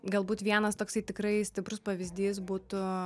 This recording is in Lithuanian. galbūt vienas toksai tikrai stiprus pavyzdys būtų